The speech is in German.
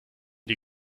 die